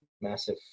massive